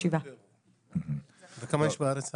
77,000. וכמה יש בארץ עכשיו?